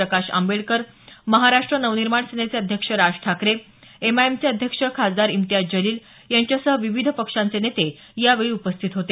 प्रकाश आंबेडकर महाराष्ट्र नवनिर्माण सेनेचे अध्यक्ष राज ठाकरे एमआयएमचे अध्यक्ष खासदार इम्तियाज जलील यांच्यासह विविध पक्षांचे नेते यावेळी उपस्थित होते